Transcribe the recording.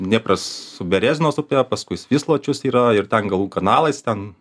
dniepras berezinos upe paskui svisločius yra ir ten galų kanalais ten